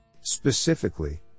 Specifically